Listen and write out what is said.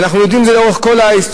ואנחנו יודעים את זה לאורך כל ההיסטוריה.